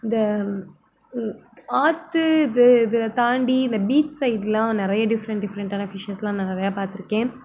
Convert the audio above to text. இந்த ஆற்று இது இதை தாண்டி இந்த பீச் சைட்லாம் நிறைய டிஃப்ரெண்ட் டிஃப்ரெண்ட்டான ஃபிஷ்ஷஸ்லாம் நான் நிறைய பார்த்துருக்கேன்